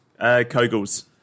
Kogels